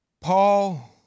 Paul